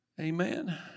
Amen